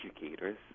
educators